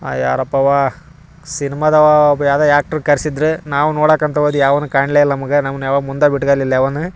ಯಾರಪ್ಪ ಅವ ಸಿನಿಮಾದವಾ ಒಬ್ಬ ಯಾವುದೋ ಆ್ಯಕ್ಟ್ರ್ ಕರ್ಸಿದ್ದಾರೆ ನಾವು ನೋಡಕ್ಕಂತ ಹೋದ್ವಿ ಅವನು ಕಾಣಲೇ ಇಲ್ಲ ನಮ್ಗೆ ನಮ್ನ ಯಾವ ಮುಂದೆ ಯಾವಾನು